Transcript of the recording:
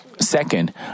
Second